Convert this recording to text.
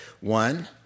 one